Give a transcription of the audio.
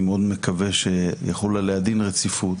אני מאוד מקווה שיחול עליה דין רציפות.